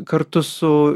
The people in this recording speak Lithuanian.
kartu su